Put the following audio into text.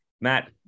Matt